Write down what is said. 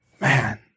Man